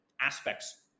aspects